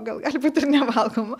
gal gali būti ir nevalgoma